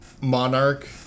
monarch